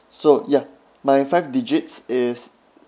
so ya my five digits is